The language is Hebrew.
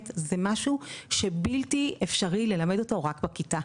זה משהו שבלתי אפשרי ללמד אותו רק בכיתה.